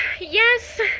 Yes